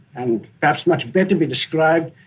and perhaps much better be described,